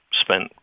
spent